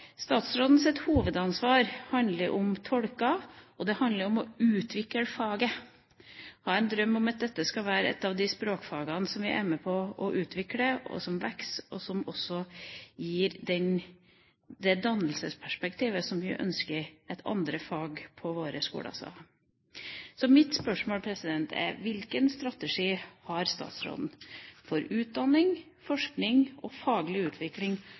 hovedansvar handler om tolker, og det handler om å utvikle faget. Jeg har en drøm om at dette skal bli et av de språkfagene som vi er med på å utvikle, som vokser, og som også gir det dannelsesperspektivet som vi ønsker at andre fag på våre skoler skal ha. Mitt spørsmål er: Hvilken strategi har statsråden for utdanning, forskning og faglig utvikling